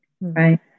right